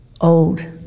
Old